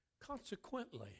Consequently